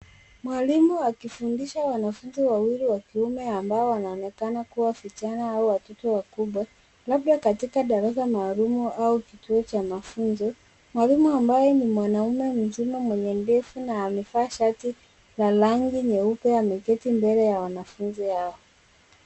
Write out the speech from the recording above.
Mwalimu akifundisha wanafunzi wawili wa kiume ambao wanaonekana kuwa vijana au watoto wakubwa, labda katika darasa maalum au kituo cha mafunzo, mwalimu ambaye ni mwanaume mzima mwenye ndevu na amevaa shati la rangi nyeupe ameketi mbele ya wanafunzi hao.